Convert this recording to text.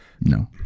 No